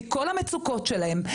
מכל המצוקות שלהן,